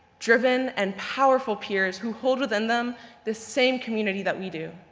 driven, and powerful peers who hold within them this same community that we do.